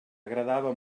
agradava